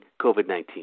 COVID-19